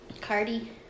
Cardi